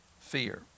fear